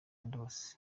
ndose